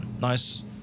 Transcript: nice